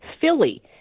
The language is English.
Philly